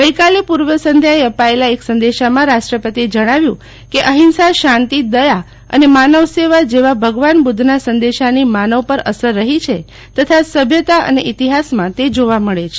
ગઈકાલે પૂર્વ સંઘ્યાએ અપાયેલા એક સંદેશામાં રાષ્ટ્રપતિએ જણાવ્યું કે અહિંસા શાંતિ દયા અને માનવ સેવા જેવા ભગવાન બુદ્ધના સંદેશાની માનવ પર અસર રહી છે તથા સભ્યતા અને ઇતિહાસમાં તે જોવા મળે છે